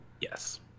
Yes